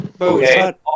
Okay